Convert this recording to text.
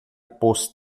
post